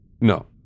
No